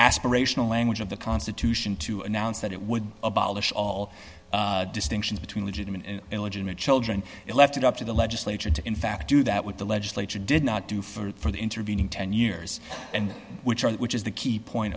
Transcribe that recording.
aspirational language of the constitution to announce that it would abolish all distinctions between legitimate and illegitimate children it left it up to the legislature to in fact do that with the legislature did not do for the intervening ten years and which are which is the key point